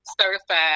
certified